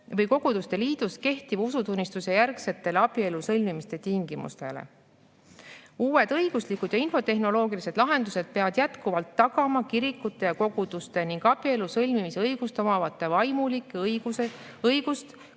või koguduste liidus kehtiva usutunnistuse järgsetele abielu sõlmimise tingimustele." [---] uued õiguslikud ja infotehnoloogilised lahendused peavad jätkuvalt tagama kirikute ja koguduste ning abielu sõlmimise õigust omavate vaimulike õiguse